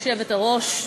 גברתי היושבת-ראש,